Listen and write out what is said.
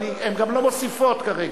אבל, הן גם לא מוסיפות כרגע.